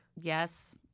Yes